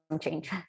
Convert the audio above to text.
change